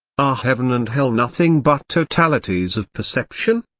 are heaven and hell nothing but totalities of perception?